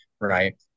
right